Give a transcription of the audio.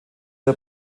der